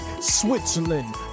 Switzerland